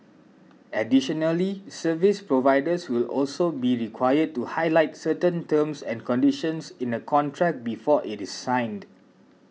additionally service providers will also be required to highlight certain terms and conditions in the contract before it is signed